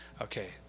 okay